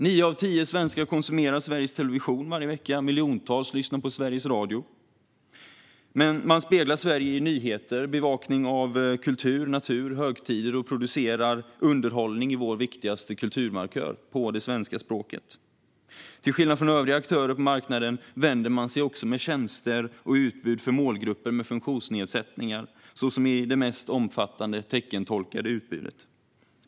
Nio av tio svenskar konsumerar tv sänt av Sveriges Television varje vecka. Miljontals lyssnar på Sveriges Radio. Man speglar Sverige i nyheter, bevakning av kultur, natur och högtider, och man producerar underhållning på svenska språket, vår viktigaste kulturmarkör. Till skillnad från övriga aktörer på marknaden vänder man sig också med tjänster och utbud till målgrupper med funktionsnedsättningar, såsom i det mest omfattande teckentolkade utbudet.